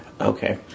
Okay